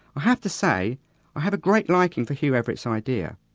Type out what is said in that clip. have to say, i have a great liking for hugh everett's idea.